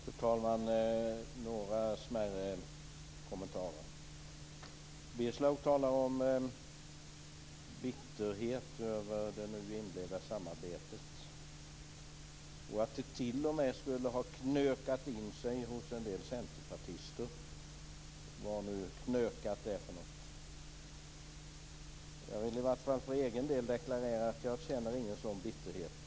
Fru talman! Jag skall göra några smärre kommentarer. Birger Schlaug talar om bitterhet över det nu inledda samarbetet och säger att det t.o.m. skulle ha "knökat in sig" hos en del centerpartister, vad nu knöka är för något. Jag vill i varje fall för egen del deklarera att jag inte känner någon sådan bitterhet.